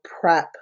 prep